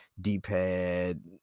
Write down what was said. d-pad